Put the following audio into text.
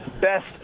best